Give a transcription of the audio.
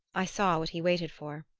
i saw what he waited for.